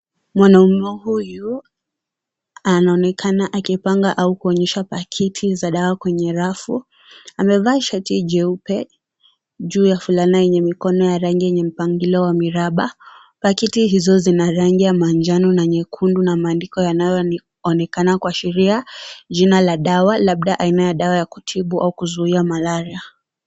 Mwanamume huyu anaonekana akipanga au kuonyesha pakiti za dawa kwenye rafu. Amevaa shati jeupe juu ya fulana yenye mikono ya rangi yenye mpangilio wa miraba. Pakiti hizo zina rangi ya manjano na mekundu na maandishi inayoonekana kuashiria jina la dawa labda aina ya dawa ya kutibu au kuzuia malaria.